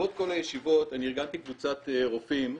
בעקבות כל הישיבות אני ארגנתי קבוצת רופאים,